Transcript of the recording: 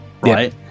right